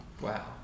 Wow